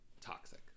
Toxic